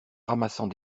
ramassant